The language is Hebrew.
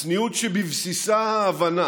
צניעות שבבסיסה ההבנה